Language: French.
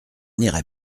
n’irai